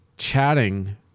chatting